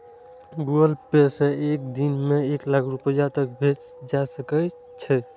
Google Pay सं एक दिन मे एक लाख रुपैया तक भेजल जा सकै छै